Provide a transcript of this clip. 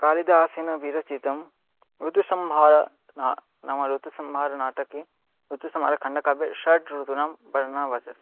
कालिदासेन विरचितं ऋतुसंहार ना नाम ऋतुसंहारनाटके ऋतुसंहारखण्डकाव्ये षड्ऋतूनां वर्णनं वर्तते